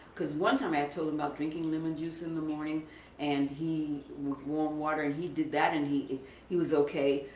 because one time i told him about drinking lemon juice in the morning and he, with warm water and he did that and he he was ok.